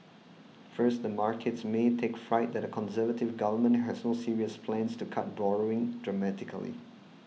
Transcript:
first the markets may take fright that a Conservative government has no serious plans to cut borrowing dramatically